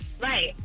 right